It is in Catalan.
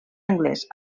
anglès